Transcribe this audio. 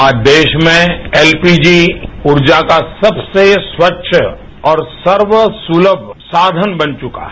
आज देश में एलपीजी ऊर्जा का सबसे स्वच्छ और सर्व सुलभ साधन बन चुका है